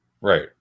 Right